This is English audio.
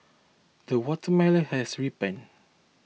the watermelon has ripened